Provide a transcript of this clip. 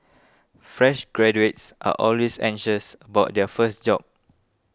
fresh graduates are always anxious about their first job